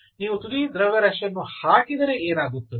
ನೀವು ತುದಿ ದ್ರವ್ಯರಾಶಿಯನ್ನು ಹಾಕಿದರೆ ಏನಾಗುತ್ತದೆ